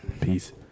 Peace